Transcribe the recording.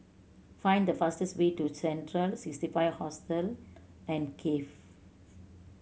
find the fastest way to Central Sixty Five Hostel and Cafe